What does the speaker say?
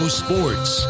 sports